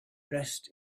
dressed